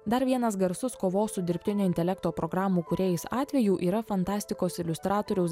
dar vienas garsus kovos su dirbtinio intelekto programų kūrėjais atvejų yra fantastikos iliustratoriaus